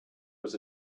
was